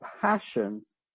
passions